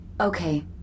Okay